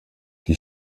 die